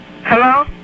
Hello